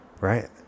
Right